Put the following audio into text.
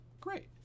Great